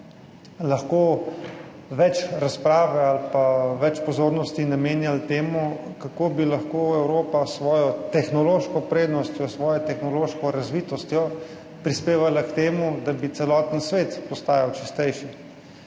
lahko več razprave ali pa več pozornosti namenjali temu, kako bi lahko Evropa s svojo tehnološko prednostjo, svojo tehnološko razvitostjo prispevala k temu, da bi celoten svet postajal čistejši.